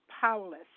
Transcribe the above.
powerless